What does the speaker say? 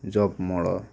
জাঁপ মৰা